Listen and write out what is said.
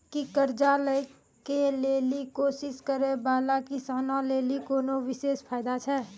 कि कर्जा लै के लेली कोशिश करै बाला किसानो लेली कोनो विशेष फायदा छै?